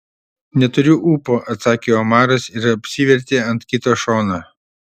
neturiu ūpo atsakė omaras ir apsivertė ant kito šono